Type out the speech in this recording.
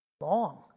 long